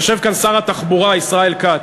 יושב כאן שר התחבורה ישראל כץ.